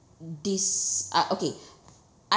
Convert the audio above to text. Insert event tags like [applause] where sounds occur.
this uh okay [breath]